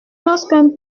lorsqu’un